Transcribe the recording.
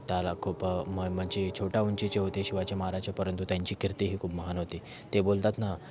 तर खूप म म्हणजे छोट्या उंचीचे होते शिवाजी महाराज परंतु त्यांची कीर्ती ही खूप महान होती ते बोलतात ना